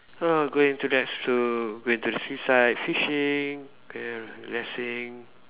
oh going to rest to going to the seaside fishing and resting